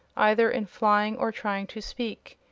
either in flying or trying to speak,